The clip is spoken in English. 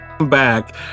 Back